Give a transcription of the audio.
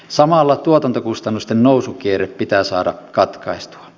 samalla tuotantokustannusten nousukierre pitää saada katkaistua